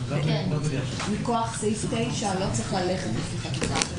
המתווה מכוח סעיף 9 לא צריך לעשות תיקון חקיקה.